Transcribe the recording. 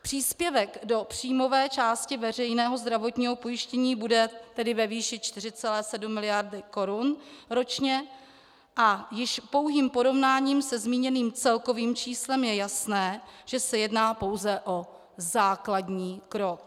Příspěvek do příjmové části veřejného zdravotního pojištění bude tedy ve výši 4,7 mld. korun ročně a již pouhým porovnáním se zmíněným celkovým číslem je jasné, že se jedná pouze o základní krok.